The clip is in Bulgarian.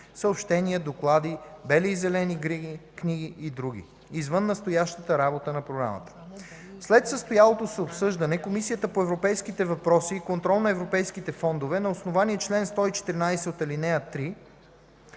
(съобщения, доклади, бели и зелени книги, и др.), извън настоящата работна програма. След състоялото се обсъждане Комисията по европейските въпроси и контрол на европейските фондове на основание чл. 114, ал. 3